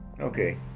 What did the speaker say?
Okay